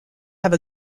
have